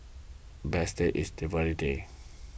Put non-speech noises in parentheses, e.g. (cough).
best day is (unintelligible) day